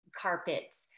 carpets